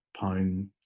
pound